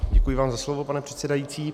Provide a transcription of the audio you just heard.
Děkuji vám za slovo, pane předsedající.